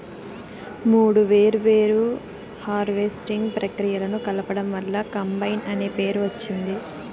మూడు వేర్వేరు హార్వెస్టింగ్ ప్రక్రియలను కలపడం వల్ల కంబైన్ అనే పేరు వచ్చింది